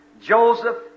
Joseph